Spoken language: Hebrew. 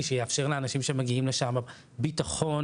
ושיאפשר לאנשים שמגיעים לשם ביטחון,